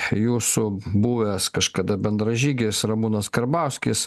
jūsų buvęs kažkada bendražygis ramūnas karbauskis